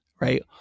right